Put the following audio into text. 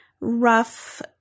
rough